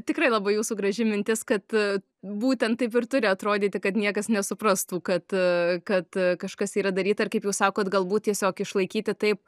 tikrai labai jūsų graži mintis kad būtent taip ir turi atrodyti kad niekas nesuprastų kad kad kažkas yra daryta ir kaip jūs sakot galbūt tiesiog išlaikyti taip